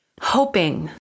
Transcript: hoping